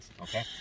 okay